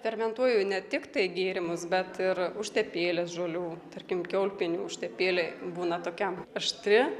fermentuoju ne tiktai gėrimus bet ir užtepėles žolių tarkim kiaulpienių užtepėlė būna tokia aštri